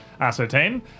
ascertain